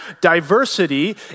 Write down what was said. diversity